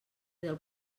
del